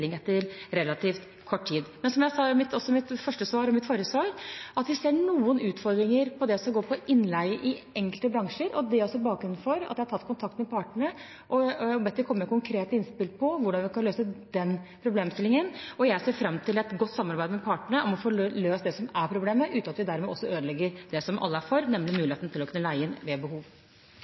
etter relativt kort tid. Men som jeg sa i mitt første svar og i mitt forrige svar, ser vi noen utfordringer på det som går på innleie i enkelte bransjer, og det er også bakgrunnen for at jeg har tatt kontakt med partene og bedt dem komme med konkrete innspill til hvordan vi kan løse den problemstillingen. Jeg ser fram til et godt samarbeid med partene om å få løst det som er problemet, uten at vi dermed også ødelegger det som alle er for, nemlig muligheten til å kunne leie inn ved behov.